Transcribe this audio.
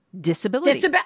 disability